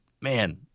man